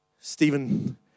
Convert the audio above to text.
Stephen